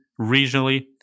regionally